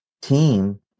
team